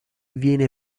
viene